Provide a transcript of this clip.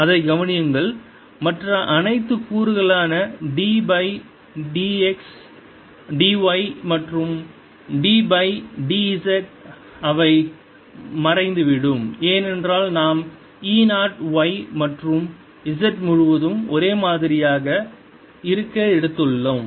அதை கவனியுங்கள் மற்ற அனைத்து கூறுகளான d பை d y மற்றும் d பை d z -அவை மறைந்துவிடும் ஏனென்றால் நாம் E நாட் y மற்றும் z முழுவதும் ஒரே மாதிரியாக இருக்க எடுத்துள்ளோம்